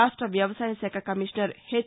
రాష్ట వ్యవసాయ శాఖ కమిషనర్ హెచ్